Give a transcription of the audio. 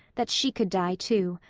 that she could die, too.